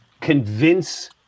convince